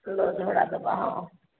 ରଜ ଭଡ଼ା ଦବା ହଁ